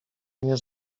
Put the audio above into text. mnie